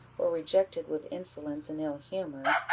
or rejected with insolence and ill-humour,